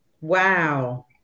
Wow